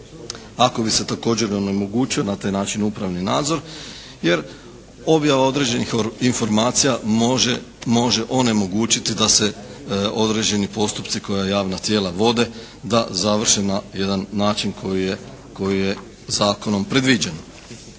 ako bi se također onemogućio na taj način upravni nadzor jer objava određenih informacija može onemogućiti da se određeni postupci koje javna tijela vode da završe na jedan način koji je zakonom predviđen.